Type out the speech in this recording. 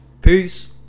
Peace